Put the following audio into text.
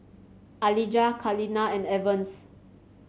Alijah Kaleena and Evans